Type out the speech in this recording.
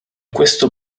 questo